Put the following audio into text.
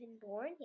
born